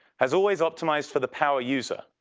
has always optimized for the power user.